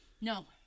No